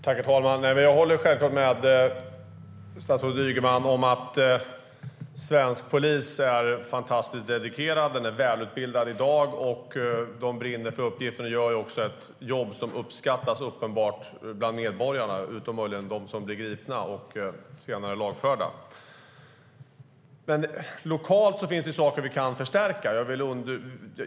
Herr talman! Jag håller självklart med statsrådet Ygeman om att svensk polis är fantastiskt välutbildad i dag. De brinner för uppgiften och gör ett jobb som uppenbart uppskattas bland medborgarna - utom möjligen av dem som blir gripna och senare lagförda. Men lokalt finns det saker vi kan förstärka.